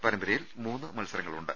പരമ്പരയിൽ മൂന്ന് മത്സരങ്ങളുണ്ട്